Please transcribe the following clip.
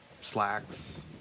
slacks